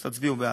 אז תצביעו בעד.